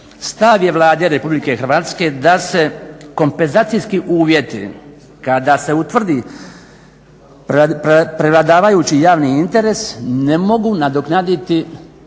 stav je Vlade Republike Hrvatske da se kompenzacijski uvjeti kada se utvrdi prevladavajući javni interes ne mogu nadoknaditi